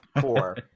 Four